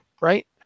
right